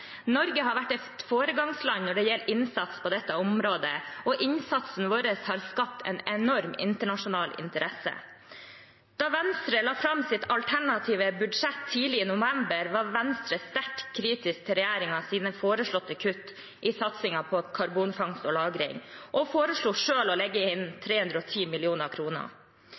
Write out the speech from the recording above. Norge har vært et foregangsland når det gjelder innsats på dette området, og innsatsen vår har skapt en enorm internasjonal interesse. Da Venstre la fram sitt alternative budsjett tidlig i november, var Venstre sterkt kritisk til regjeringens foreslåtte kutt i satsingen på karbonfangst og -lagring, og foreslo selv å legge inn 310